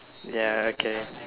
ya okay